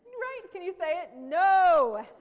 right, can you say it? no!